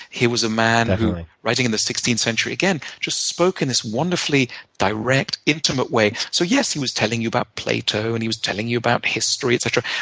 he was a man who, writing in the sixteenth century, again, just spoke in this wonderfully direct, intimate way. so yes, he was telling you about plato and he was telling you about history, etc,